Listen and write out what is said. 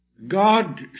God